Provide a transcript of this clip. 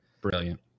Brilliant